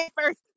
first